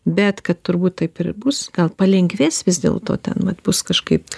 bet kad turbūt taip ir bus gal palengvės vis dėl to ten vat bus kažkaip